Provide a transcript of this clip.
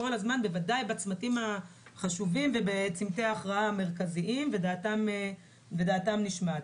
בוודאי בצמתים החשובים ובצמתי ההכרעה המרכזיים ודעתם נשמעת.